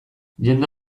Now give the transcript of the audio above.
jende